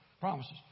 Promises